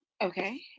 Okay